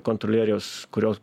kontrolierės kurio